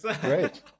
great